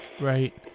Right